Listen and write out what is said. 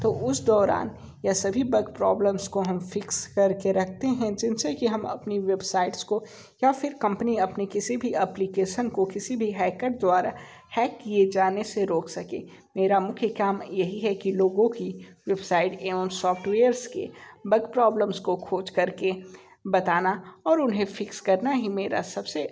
तो उस दौरान यह सभी बग प्रॉब्लम्स को हम फिक्स करके रखते हैं जिनसे कि हम अपनी वेबसाइट्स को या फिर कम्पनी अपनी किसी भी अप्लीकेशन को किसी भी हैकर द्वारा हैक किए जाने से रोक सके मेरा मुख्य काम यही है कि लोगों की वेबसाइट एवं सॉफ्टवेयर्स के बग प्रॉब्लम्स को खोज करके बताना और उन्हें फिक्स करना ही मेरा सबसे